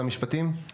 משרד המשפטים, בבקשה.